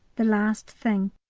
the last thing.